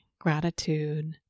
gratitude